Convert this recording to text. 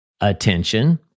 attention